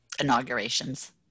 inaugurations